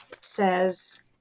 says